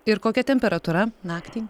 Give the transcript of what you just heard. ir kokia temperatūra naktį